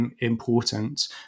important